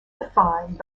defined